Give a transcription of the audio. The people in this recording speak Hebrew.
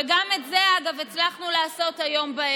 וגם את זה, אגב, הצלחנו לעשות הערב.